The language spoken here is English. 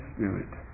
Spirit